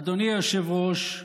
אדוני היושב-ראש,